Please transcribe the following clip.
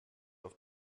auf